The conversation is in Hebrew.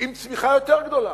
עם צמיחה יותר גדולה?